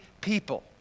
people